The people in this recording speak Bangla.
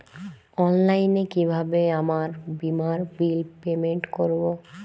অনলাইনে কিভাবে আমার বীমার বিল পেমেন্ট করবো?